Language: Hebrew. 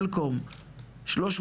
כן,